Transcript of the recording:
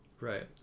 Right